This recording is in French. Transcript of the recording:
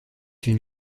une